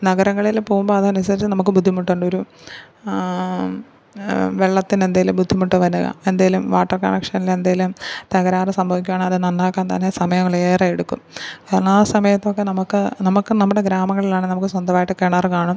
നഗരങ്ങളിൽ പോകുമ്പം അതനുസരിച്ച് നമുക്ക് ബുദ്ധിമുട്ടുണ്ടൊരു വെള്ളത്തിനെന്തെങ്കിലും ബുദ്ധിമുട്ട് വരിക എന്തെങ്കിലും വാട്ടര് കണക്ഷനിലെന്തെങ്കിലും തകരാർ സംഭവിക്കുകയാണേല് അതു നന്നാക്കാന് തന്നെ സമയങ്ങളേറെ എടുക്കും കാരണം ആ സമയത്തൊക്കെ നമുക്ക് നമുക്ക് നമ്മുടെ ഗ്രാമങ്ങളിലാണെ നമ്മുക്ക് സ്വന്തമായിട്ട് കിണർ കാണും